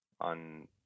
on